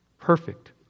Perfect